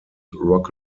rock